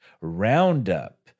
roundup